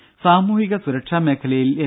രുര സാമൂഹിക സുരക്ഷാ മേഖലയിൽ എൽ